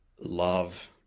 Love